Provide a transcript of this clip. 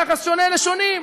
יחס שונה לשונים.